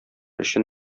өчен